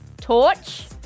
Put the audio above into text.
Torch